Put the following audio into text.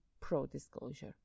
pro-disclosure